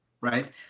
right